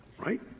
right?